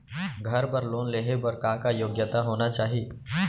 घर बर लोन लेहे बर का का योग्यता होना चाही?